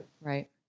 Right